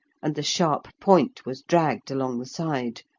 and the sharp point was dragged along the side.